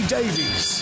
Davies